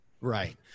Right